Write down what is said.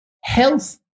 Health